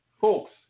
Folks